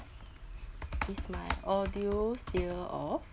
is my audio still off